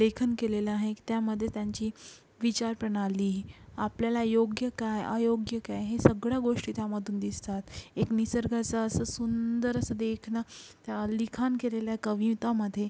लेखन केलेलं आहे त्यामध्ये त्यांची विचारप्रणाली आपल्याला योग्य काय अयोग्य काय हे सगळ्या गोष्टी त्यामधून दिसतात एक निसर्गाचं असं सुंदर असं देखणं त्या लिखाण केलेल्या कवितामध्ये